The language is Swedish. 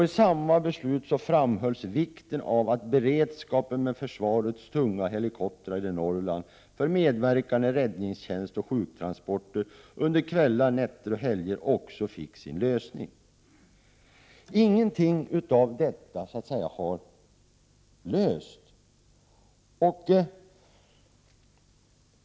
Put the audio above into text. I samma beslut framhölls också vikten av att frågan om beredskapen med försvarets tunga helikoptrar i Norrland för medverkan i räddningstjänst och sjuktransporter under kvällar, nätter och helger fick sin lösning. Men ingenting av detta har förverkligats.